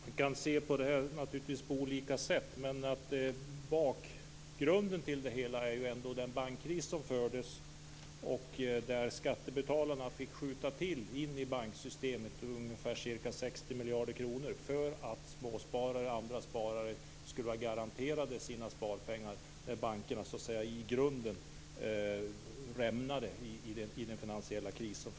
Fru talman! Vi kan naturligtvis se på det här på olika sätt. Bakgrunden till det hela är den bankkris där skattebetalarna fick skjuta in ungefär 60 miljarder i banksystemet för att småsparare och andra sparare skulle vara garanterade sina sparpengar när bankerna i grunden rämnade under den finansiella krisen.